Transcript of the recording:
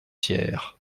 hier